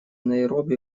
найроби